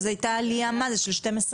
אז הייתה עלייה של מה, של 12%?